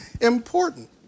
important